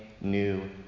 new